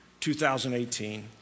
2018